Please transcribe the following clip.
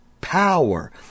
power